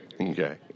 Okay